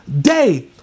day